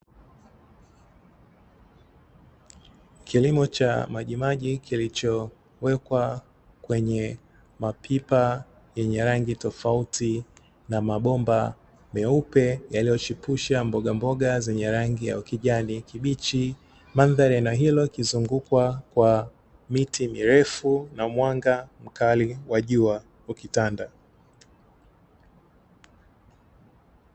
Kilimo cha maji maji kilichowekwa kwenye mapipa yenye rangi tofauti na mabomba meupe yaliyo chipusha mboga mboga zenye rangi ya ukijani kibichi, mandhari ya eneo hilo ikizungukwa kwa miti mirefu na mwanga mkali wa jua ukitanda.